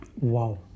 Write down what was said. wow